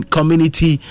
Community